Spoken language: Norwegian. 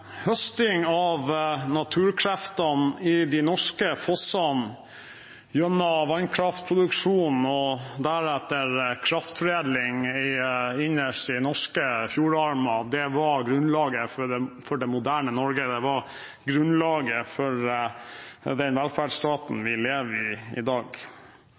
Høsting av naturkreftene i de norske fossene gjennom vannkraftproduksjon og deretter kraftforedling innerst i norske fjordarmer var grunnlaget for det moderne Norge. Det var grunnlaget for den velferdsstaten vi lever i i dag.